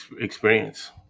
experience